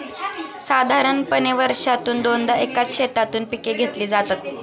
साधारणपणे वर्षातून दोनदा एकाच शेतातून पिके घेतली जातात